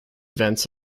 vents